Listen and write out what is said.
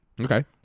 Okay